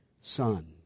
son